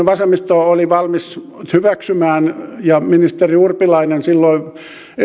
vasemmisto oli valmis hyväksymään ja ministeri urpilainen silloin